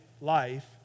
Life